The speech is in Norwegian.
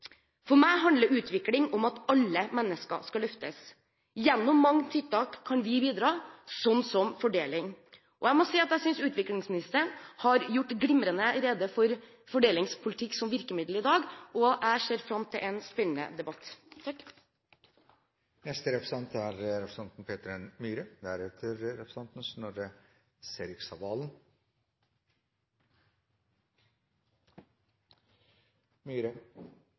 For meg handler utvikling om at alle mennesker skal løftes. Gjennom mange tiltak, slik som fordeling, kan vi bidra. Jeg må si at jeg synes utviklingsministeren har gjort glimrende rede for fordelingspolitikk som virkemiddel i dag, og jeg ser fram til en spennende debatt.